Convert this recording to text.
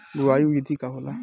बुआई विधि का होला?